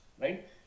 right